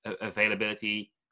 availability